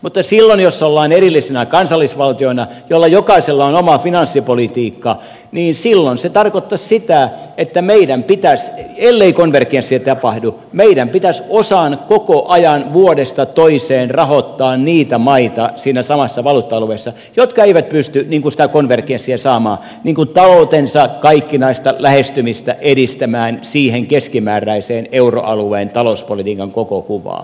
mutta silloin jos ollaan erillisinä kansallisvaltioina joilla jokaisella on oma finanssipolitiikka se tarkoittaisi sitä että meidän pitäisi ellei konvergenssiä tapahdu osan koko ajan vuodesta toiseen rahoittaa siinä samassa valuutta alueessa niitä maita jotka eivät pysty sitä konvergenssiä saamaan taloutensa kaikkinaista lähestymistä edistämään siihen keskimääräiseen euroalueen talouspolitiikan koko kuvaan